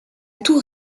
tour